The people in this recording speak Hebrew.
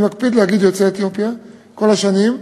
אני מקפיד להגיד יוצאי אתיופיה כל השנים.